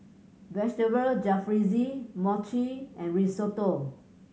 Vegetable Jalfrezi Mochi and Risotto